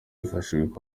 hifashishijwe